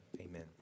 amen